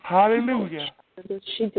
Hallelujah